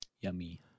Yummy